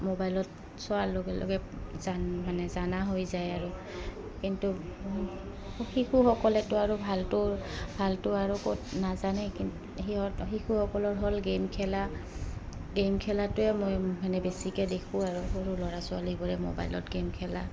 মোবাইলত চোৱাৰ লগে লগে জান মানে জানা হৈ যায় আৰু কিন্তু শিশুসকলেতো আৰু ভালটো ভালটো আৰু ক'ত নাজানে কি সিহঁত শিশুসকলৰ হ'ল গে'ম খেলা গে'ম খেলটোৱে মই মানে বেছিকৈ দেখোঁ আৰু সৰু ল'ৰা ছোৱালীবোৰে মোবাইলত গে'ম খেলা